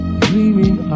dreaming